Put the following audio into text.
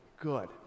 Good